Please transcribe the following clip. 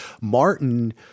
Martin